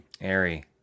airy